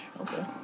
Okay